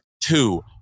two